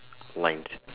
lines